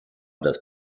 das